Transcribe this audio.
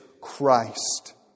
Christ